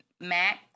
Max